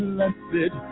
Blessed